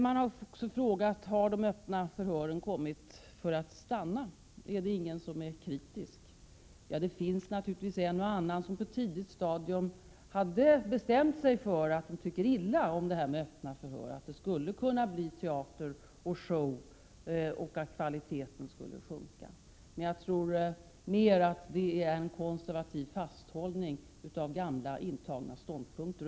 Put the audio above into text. Man har också frågat: Har de öppna förhören kommit för att stanna? Är det ingen som är kritisk? Jo, det finns naturligtvis en och annan som på ett tidigt stadium hade bestämt sig för att tycka illa om detta med öppna förhör, att det skulle kunna bli teater och show och att kvaliteten skulle sjunka. Men jag tror att det mer handlar om en konservativ fasthållning vid intagna ståndpunkter.